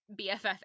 BFF